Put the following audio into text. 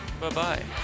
Bye-bye